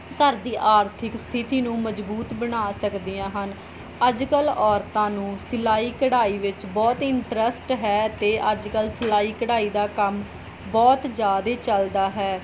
ਘਰ ਦੀ ਆਰਥਿਕ ਸਥਿਤੀ ਨੂੰ ਮਜ਼ਬੂਤ ਬਣਾ ਸਕਦੀਆਂ ਹਨ ਅੱਜ ਕੱਲ੍ਹ ਔਰਤਾਂ ਨੂੰ ਸਿਲਾਈ ਕਢਾਈ ਵਿੱਚ ਬਹੁਤ ਇੰਟਰਸਟ ਹੈ ਅਤੇ ਅੱਜ ਕੱਲ੍ਹ ਸਿਲਾਈ ਕਢਾਈ ਦਾ ਕੰਮ ਬਹੁਤ ਜ਼ਿਆਦਾ ਚੱਲਦਾ ਹੈ